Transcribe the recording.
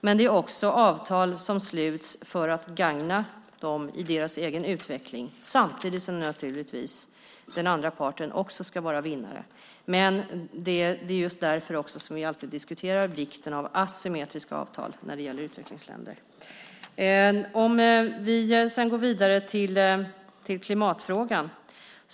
Men det är också avtal som sluts för att gagna dem i deras egen utveckling samtidigt som den andra parten naturligtvis också ska vara vinnare. Men det är just därför vi alltid diskuterar vikten av asymmetriska avtal när det gäller utvecklingsländer. Låt oss gå vidare till klimatfrågan.